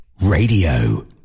Radio